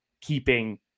keeping